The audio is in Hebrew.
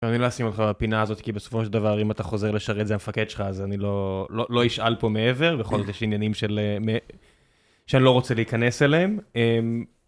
אני לא אשים אותך בפינה הזאת, כי בסופו של דבר, אם אתה חוזר לשרת זה המפקד שלך, אז אני לא אשאל פה מעבר, בכל זאת יש עניינים שאני לא רוצה להיכנס אליהם.